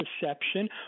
perception